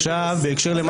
אז מה אם הוא מהקואליציה?